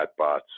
chatbots